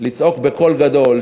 לצעוק בקול גדול,